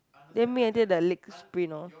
then make until the legs sprain off